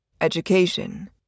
Education